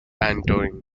antoine